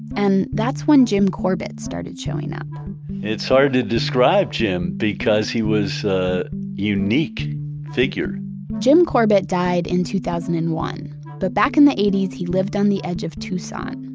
and that's when jim corbett started showing up it's hard to describe jim because he was a unique figure jim corbett died in two thousand and one but back in the eighty s, he lived on the edge of tucson.